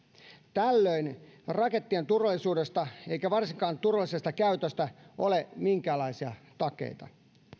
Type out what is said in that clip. tällöin rakettien turvallisuudesta eikä varsinkaan turvallisesta käytöstä ole minkäänlaisia takeita